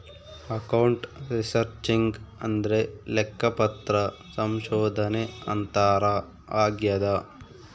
account researching ಅಂದ್ರೆ ಲೆಕ್ಕಪತ್ರ ಸಂಶೋಧನೆ ಅಂತಾರ ಆಗ್ಯದ